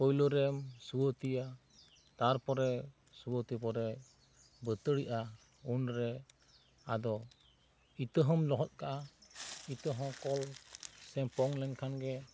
ᱯᱟᱹᱭᱞᱟᱹᱨᱮᱢ ᱥᱩᱭᱟᱹ ᱛᱤᱭᱟ ᱛᱟᱨ ᱯᱚᱨᱮ ᱥᱩᱭᱟᱹᱛᱤ ᱯᱚᱨᱮ ᱫᱟᱹᱛᱟᱹᱲᱤᱜᱼᱟ ᱩᱱᱨᱮ ᱟᱫᱚ ᱤᱛᱟᱹ ᱦᱚᱢ ᱞᱚᱦᱚᱛ ᱠᱟᱜᱼᱟ ᱤᱛᱟᱹ ᱦᱚ ᱠᱚᱞ ᱥᱮ ᱯᱚᱝ ᱞᱮᱱᱠᱷᱟᱱ ᱜᱮ